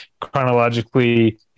chronologically